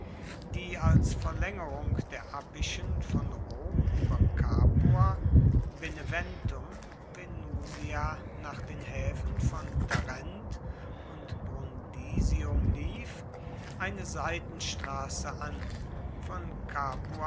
die als verlängerung der appischen von rom über capua beneventum venusia nach den häfen von tarent und brundisium lief eine seitenstraße an von